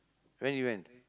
when you went